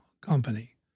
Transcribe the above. company